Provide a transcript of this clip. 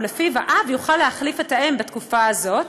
ולפיו האב יוכל להחליף את האם בתקופה הזאת